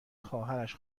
خواهرش